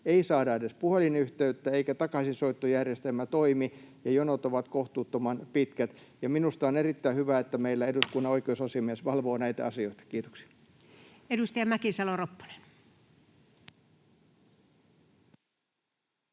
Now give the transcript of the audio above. ei saada edes puhelinyhteyttä, eikä takaisinsoittojärjestelmä toimi, ja jonot ovat kohtuuttoman pitkät. Minusta on erittäin hyvä, että meillä eduskunnan oikeusasiamies valvoo näitä asioita. — Kiitoksia. [Speech 123] Speaker: